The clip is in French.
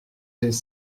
des